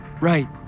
Right